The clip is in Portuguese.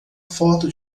foto